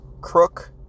crook